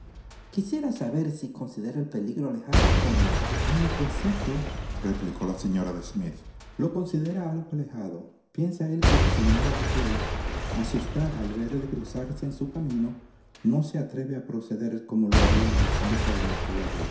quisiera saber si considera el peligro alejado o no en mi conceptoreplicó la señora de smith lo considera algo alejado piensa él que la señora de clay asustada al verle cruzarse en su camino no se atreve a proceder como lo haría en ausencia de